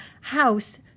house